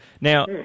Now